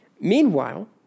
Meanwhile